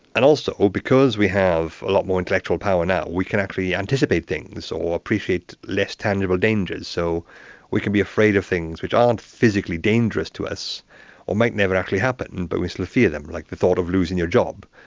and also, because we have a lot more intellectual power now, we can actually anticipate things so or appreciate less tangible dangers. so we can be afraid of things which aren't physically dangerous to us or might never actually happen, but we still fear them, like the thought of losing your job.